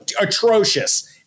atrocious